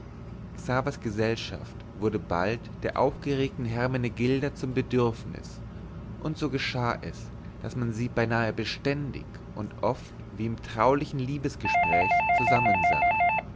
xavers gesellschaft wurde bald der aufgeregten hermenegilda zum bedürfnis und so geschah es daß man sie beinahe beständig und oft wie im traulichen liebesgespräch zusammen sah